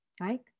right